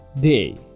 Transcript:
day